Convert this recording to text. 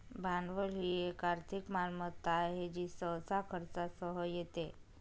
भांडवल ही एक आर्थिक मालमत्ता आहे जी सहसा खर्चासह येते